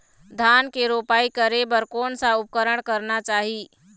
धान के रोपाई करे बर कोन सा उपकरण करना चाही?